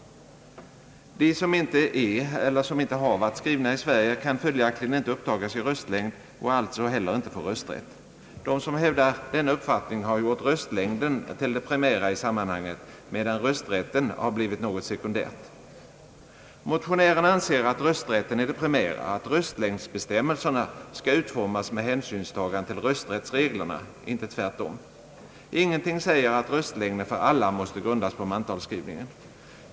De som inte är eller inte har varit skrivna i Sverige kan följaktligen inte upptagas i röstlängd och alltså heller inte få rösträtt. De som hävdar denna uppfattning har gjort röstlängden till det primära i sammanhanget, medan rösträtten har blivit något sekundärt. Motionärerna anser att rösträtten är det primära och att röstlängdsbestämmelserna skall utformas med hänsynstagande till rösträttsreglerna, inte tvärtom. Ingenting säger att röstlängden för alla måste grundas på mantalsskrivningen.